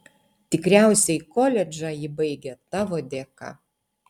tikriausiai koledžą ji baigė tavo dėka